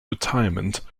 retirement